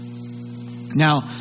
Now